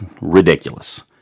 ridiculous